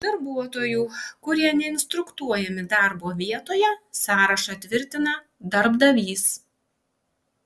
darbuotojų kurie neinstruktuojami darbo vietoje sąrašą tvirtina darbdavys